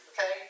okay